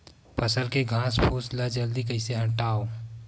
फसल के घासफुस ल जल्दी कइसे हटाव?